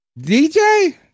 DJ